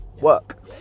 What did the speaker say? work